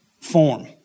form